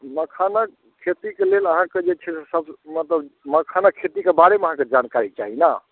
मखानक खेतीके लेल अहाँकेँ जे छै सभ मतलब मखानक खेतीके बारेमे अहाँके जानकारी चाही ने